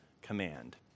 command